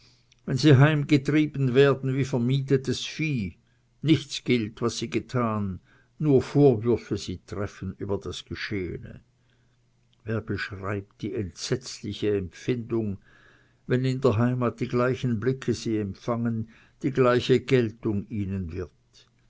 wenn sie heimgetrieben werden wie vermietetes vieh nichts gilt was sie getan nur vorwürfe sie treffen was sie genossen wer beschreibt die entsetzliche empfindung wenn in der heimat die gleichen blicke sie empfangen die gleiche geltung ihnen wird